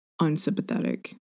unsympathetic